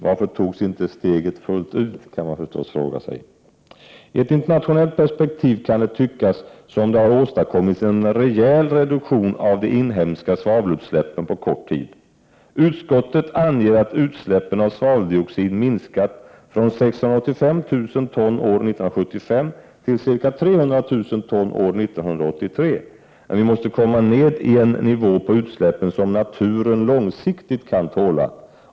Varför togs inte steget fullt ut? I ett internationellt perspektiv kan det tyckas som om det har åstadkommits en rejäl reduktion av de inhemska svavelutsläppen på kort tid. Utskottet anger att utsläppen av svaveldioxid har minskat från 685 000 ton år 1975 till ca 300 000 ton år 1983. Men vi måste komma ner till en nivå på utsläppen som naturen långsiktigt kan tåla.